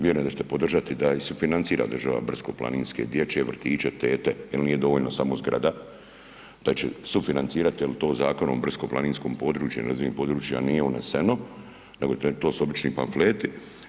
Vjerujem da ćete podržati da i sufinancira država brdsko-planinske dječje vrtiće, tete, jel nije dovoljno samo zgrada, da će sufinancirati jer to Zakonom o brdsko-planinskom području nerazvijena područja nije uneseno nego to su obični pamfleti.